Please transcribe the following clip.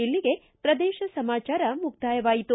ಇಲ್ಲಿಗೆ ಪ್ರದೇಶ ಸಮಾಚಾರ ಮುಕ್ತಾಯವಾಯಿತು